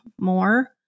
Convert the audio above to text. more